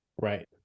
Right